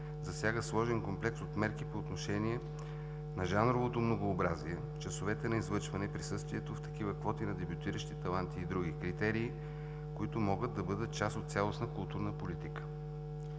засяга сложен комплекс от мерки по отношение на жанровото многообразие, часовете на излъчване и присъствието в такива квоти на дебютиращи таланти и други критерии, които могат да бъдат част от цялостна културна политика.